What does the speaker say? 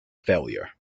failure